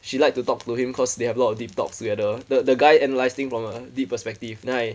she like to talk to him cause they have a lot of deep talks together the the guy analysing from her deep perspective then I